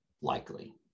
likely